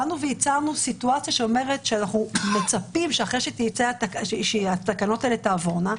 באנו והצענו סיטואציה שאומרת שאנחנו מצפים שאחרי שהתקנות האלה תעבורנה,